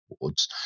Awards